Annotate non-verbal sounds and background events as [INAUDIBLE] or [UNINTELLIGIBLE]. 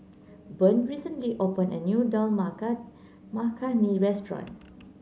Vern recently opened a new Dal [UNINTELLIGIBLE] Makhani restaurant